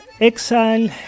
exile